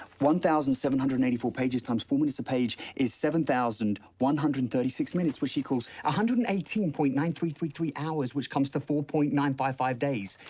one thousand seven hundred and eighty four pages times four minutes a page is seven thousand one hundred and thirty six minutes, which equals one ah hundred and eighteen point nine three three three hours, which comes to four point nine five days.